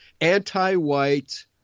anti-white –